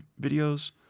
videos